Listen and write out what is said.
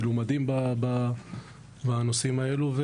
מלומדים בנושאים האלו,